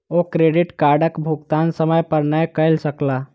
ओ credit कार्डक भुगतान समय पर नै कय सकला